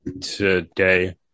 today